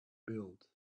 built